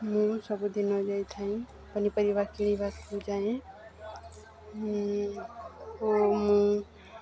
ମୁଁ ସବୁଦିନ ଯାଇ ଥାଏଁ ପନିପରିବା କିଣିବାକୁ ଯାଏଁ ଓ ମୁଁ